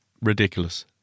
Ridiculous